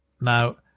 Now